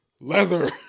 leather